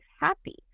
happy